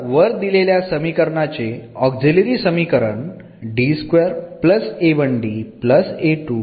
तर वर दिलेल्या समीकरणाचे ऑक्झिलरी समीकरण हे